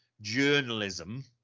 journalism